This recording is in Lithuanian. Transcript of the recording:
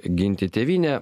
ginti tėvynę